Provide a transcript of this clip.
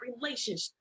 relationship